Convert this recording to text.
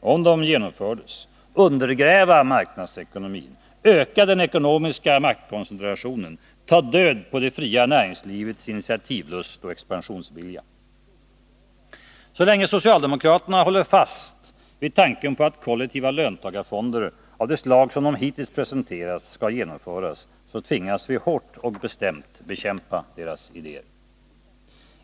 om de genomfördes, undergräva marknadsekonomin, öka den ekonomiska maktkoncentrationen och ta död på det fria näringslivets initiativlust och expansionsvilja. Så länge socialdemokraterna håller fast vid tanken på att kollektiva löntagarfonder av det slag som hittills presenterats skall genomföras, tvingas vi hårt och bestämt bekämpa deras idéer.